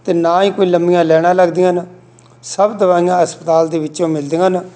ਅਤੇ ਨਾ ਹੀ ਕੋਈ ਲੰਬੀਆਂ ਲਾਈਨਾਂ ਲੱਗਦੀਆਂ ਹਨ ਸਭ ਦਵਾਈਆਂ ਹਸਪਤਾਲ ਦੇ ਵਿੱਚੋਂ ਮਿਲਦੀਆਂ ਨੇ